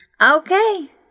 Okay